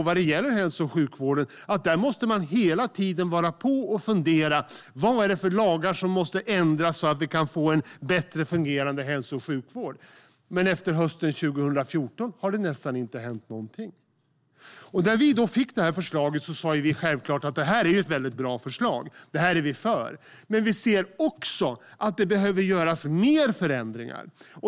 Vad gäller hälso och sjukvården måste man hela tiden vara på och fundera över vad det är för lagar som måste ändras så att vi kan få en bättre fungerande hälso och sjukvård, men efter hösten 2014 har det nästan inte hänt någonting. När vi då fick det här förslaget sa vi självklart att det är ett mycket bra förslag som vi är för, men vi ser att det behöver göras mer förändringar.